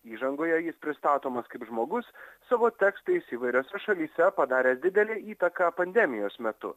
įžangoje jis pristatomas kaip žmogus savo tekstais įvairiose šalyse padaręs didelę įtaką pandemijos metu